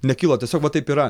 nekilo tiesiog va taip yra